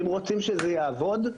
אם רוצים שזה יעבוד,